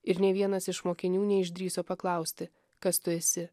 ir nė vienas iš mokinių neišdrįso paklausti kas tu esi